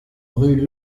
rue